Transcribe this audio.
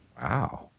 Wow